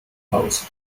proposal